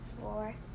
four